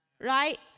right